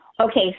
Okay